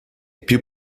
più